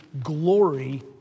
glory